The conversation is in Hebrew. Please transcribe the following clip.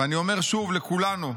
ואני אומר שוב לכולנו,